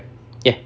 ya